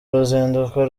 uruzinduko